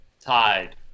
Tied